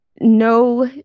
no